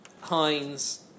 Heinz